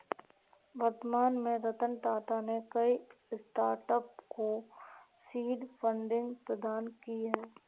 वर्तमान में रतन टाटा ने कई स्टार्टअप को सीड फंडिंग प्रदान की है